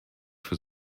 für